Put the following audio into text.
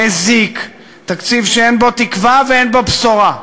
מזיק, תקציב שאין בו תקווה ואין בו בשורה.